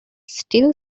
still